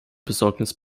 besorgnis